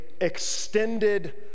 extended